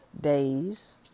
days